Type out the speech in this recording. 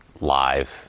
live